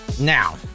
now